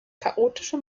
chaotische